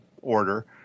order